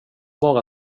bara